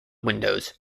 windows